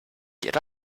get